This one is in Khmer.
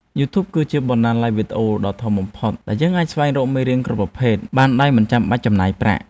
យូធូប គឺជាបណ្ណាល័យវីដេអូដ៏ធំបំផុតដែលយើងអាចស្វែងរកមេរៀនគ្រប់ប្រភេទបានដោយមិនចាំបាច់ចំណាយប្រាក់។